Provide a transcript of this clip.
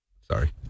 Sorry